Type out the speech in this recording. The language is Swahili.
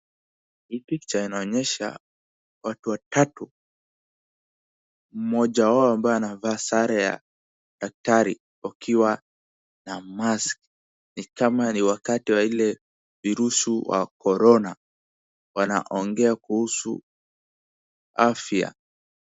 Hii picha inaonyesha watu watatu, mmoja wao ambaye anavaa sare ya daktari wakiwa na mask ni kama ni wakati wa ile virusi vya korona, wanaongea kuhusu afya.